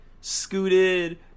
scooted